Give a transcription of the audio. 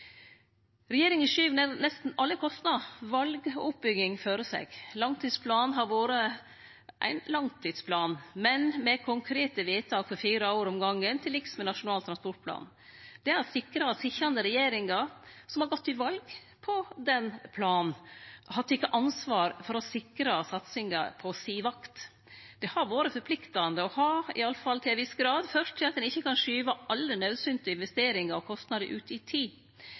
Regjeringa skyver nesten alt av kostnader, val og oppbygging føre seg. Langtidsplanen har vore ein langtidsplan, men med konkrete vedtak for fire år om gongen, til liks med Nasjonal transportplan. Det har sikra at sitjande regjeringar, som har gått til val på den planen, har teke ansvar for å sikre satsingar på si vakt. Det har vore forpliktande og har – i alle fall til ei viss grad – ført til at ein ikkje kan skyve alle naudsynte investeringar og kostnader ut i tid.